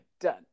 done